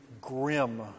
grim